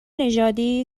نژادی